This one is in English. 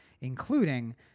including